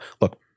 look